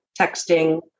texting